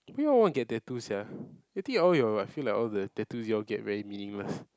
why you all want get tattoo sia I think all your I feel like all the tattoos you all get very meaningless